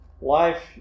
life